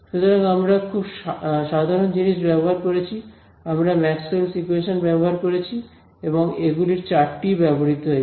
সুতরাং আমরা খুব সাধারণ জিনিস ব্যবহার করেছি আমরা ম্যাক্সওয়েলস ইকুয়েশনস Maxwell's equations ব্যবহার করেছি এবং এগুলির চারটিই ব্যবহৃত হয়েছে